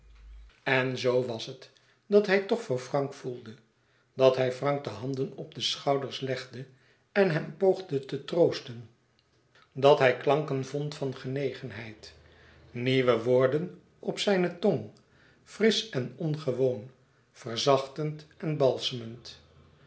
en zoo was het dat hij toch voor frank voelde dat hij frank de handen op de schouders legde en hem poogde te troosten dat hij klanken vond van genegenheid nieuwe woorden op zijne tong frisch en ongewoon verzachtend en